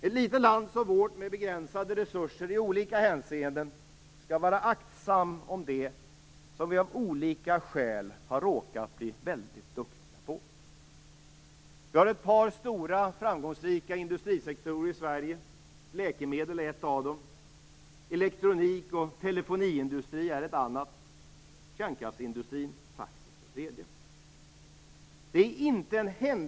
Ett litet land som vårt med begränsade resurser i olika hänseenden skall vara aktsamt om det som vi av olika skäl har råkat bli väldigt duktiga på. Vi har ett par stora framgångsrika industrisektorer i Sverige. Läkemedelsindustrin är ett av dem, elektronik och telefoniindustrin är ett annat och kärnkraftsindustrin faktiskt ett tredje.